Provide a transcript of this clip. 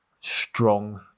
strong